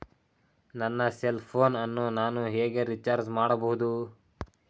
ನನ್ನ cell phone ಅನ್ನು ನಾನು ಹೇಗೆ ರಿಚಾರ್ಜ್ ಮಾಡಬಹುದು?